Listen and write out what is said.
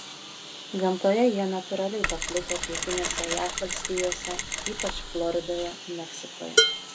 gamtoje jie natūraliai paplitę pietinėse jav valstijose ypač floridoje meksikoje